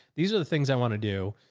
these are the things i want to do.